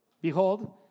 Behold